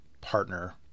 partner